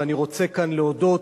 ואני רוצה כאן להודות